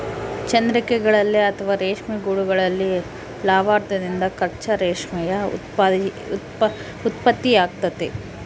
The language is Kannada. ಚಂದ್ರಿಕೆಗಳಲ್ಲಿ ಅಥವಾ ರೇಷ್ಮೆ ಗೂಡುಗಳಲ್ಲಿ ಲಾರ್ವಾದಿಂದ ಕಚ್ಚಾ ರೇಷ್ಮೆಯ ಉತ್ಪತ್ತಿಯಾಗ್ತತೆ